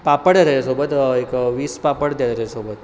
पापड द्या त्याच्यासोबत एक वीस पापड द्या त्याच्यासोबत